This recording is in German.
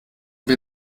wir